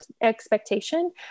expectation